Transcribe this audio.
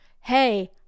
Hey